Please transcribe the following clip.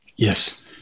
Yes